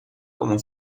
como